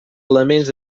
elements